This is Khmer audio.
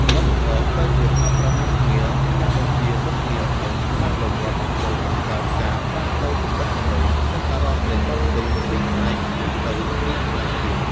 ផលិតករត្រូវចេះប្រើប្រាស់មុខងារ ការបញ្ជាមុខងារដោយស្វ័យប្រវត្តិ ដើម្បីបង្កើតការផ្លាស់ប្តូរកម្រិតសំឡេង និងអារម្មណ៍នៃបទភ្លេងពីផ្នែកមួយទៅផ្នែកមួយទៀត។